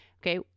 Okay